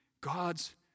God's